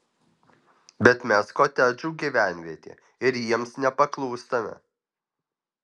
bet mes kotedžų gyvenvietė ir jiems nepaklūstame